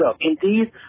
Indeed